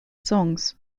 songs